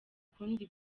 kundi